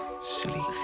Silly